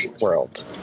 world